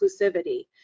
inclusivity